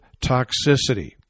toxicity